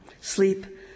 Sleep